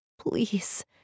Please